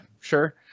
Sure